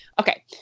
Okay